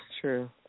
true